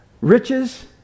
riches